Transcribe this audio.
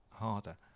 harder